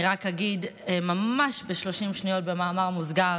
אני רק אגיד ממש ב-30 שניות במאמר מוסגר